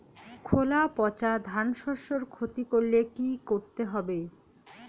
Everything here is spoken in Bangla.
খোলা পচা ধানশস্যের ক্ষতি করলে কি করতে হবে?